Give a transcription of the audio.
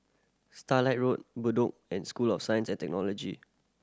Starlight Road Bedok and School of Science and Technology